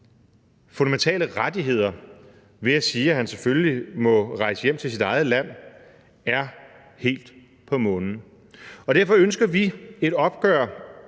fundamentale rettigheder ved at sige, at han selvfølgelig må rejse hjem til sit eget land, er helt på månen. Derfor ønsker vi et opgør